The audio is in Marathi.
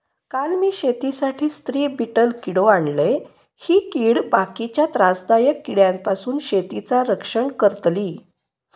काल मी शेतीसाठी स्त्री बीटल किडो आणलय, ही कीड बाकीच्या त्रासदायक किड्यांपासून शेतीचा रक्षण करतली